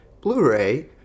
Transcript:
Blu-ray